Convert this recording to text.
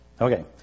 Okay